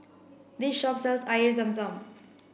this shop sells Air Zam Zam